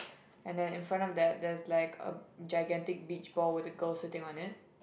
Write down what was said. and then in front of that there's like a gigantic beach ball with a girl sitting on it